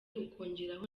ukongeraho